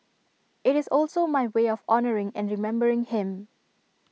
IT is also my way of honouring and remembering him